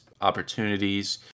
opportunities